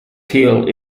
appeal